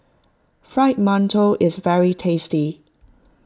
Fried Mantou is very tasty